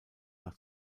nach